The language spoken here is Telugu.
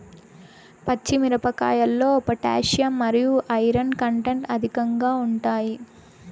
పచ్చి మిరపకాయల్లో పొటాషియం మరియు ఐరన్ కంటెంట్ అధికంగా ఉంటాయి